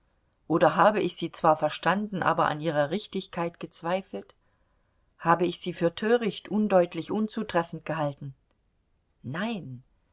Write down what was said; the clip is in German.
oder habe ich sie zwar verstanden aber an ihrer richtigkeit gezweifelt habe ich sie für töricht undeutlich unzutreffend gehalten nein